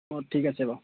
ঠিক আছে বাৰু